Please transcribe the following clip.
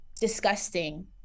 disgusting